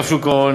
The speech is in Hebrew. אגף שוק ההון,